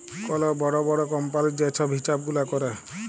call বড় বড় কম্পালির যে ছব হিছাব গুলা ক্যরে